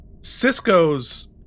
Cisco's